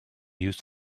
used